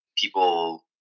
People